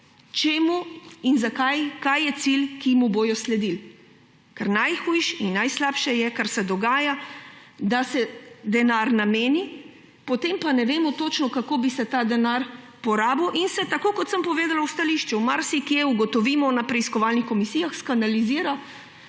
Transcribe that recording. čemu in kaj je cilj, ki mu bodo sledili. Ker najhujše in najslabše je, kar se dogaja – da se denar nameni, potem pa ne vemo točno, kako bi se ta denar porabil, in se, tako kot sem povedala v stališču, marsikje ugotovimo na preiskovalnih komisijah, skanalizira